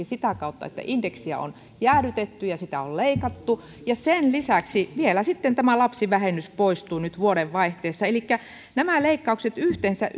sitä kautta että indeksiä on jäädytetty ja sitä on leikattu ja sen lisäksi vielä sitten lapsivähennys poistuu nyt vuodenvaihteessa elikkä nämä leikkaukset yhteensä